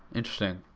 interesting.